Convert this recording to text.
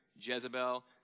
Jezebel